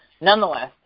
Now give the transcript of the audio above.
Nonetheless